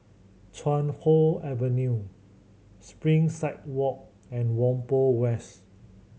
Chuan Hoe Avenue Springside Walk and Whampoa West